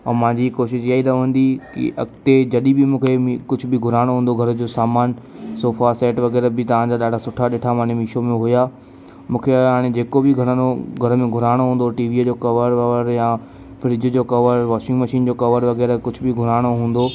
और मुंहिंजी कोशिश ईअं ई रहंदी कि अॻिते जॾहिं बि मूंखे कुझु बि घुराइणो हूंदो घर जो सामान सोफा सेट वग़ैरह बि तव्हां जा ॾाढा सुठा ॾिठा माने मिशो में हुया मूंखे हाणे जेको बि घणनो घर में घुराइणो हूंदो टीवीअ जो कवर ववर या फ्रिज जो कवर वॉशिंग मशीन जो कवर वग़ैरह कुझु बि घुराइणो हूंदो